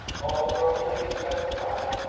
all the girls and ladies present cried,